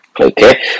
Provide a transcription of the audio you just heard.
Okay